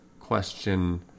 Question